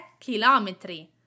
chilometri